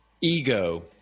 ego